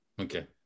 Okay